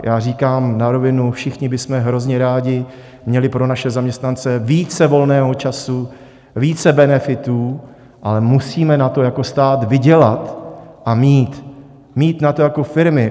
Já říkám na rovinu, všichni bychom hrozně rádi měli pro naše zaměstnance více volného času, více benefitů, ale musíme na to jako stát vydělat a mít, mít na to jako firmy.